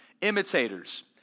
imitators